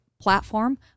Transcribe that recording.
platform